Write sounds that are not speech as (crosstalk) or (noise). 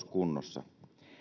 (unintelligible) kunnossa